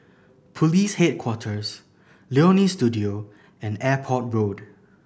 Police Headquarters Leonie Studio and Airport Road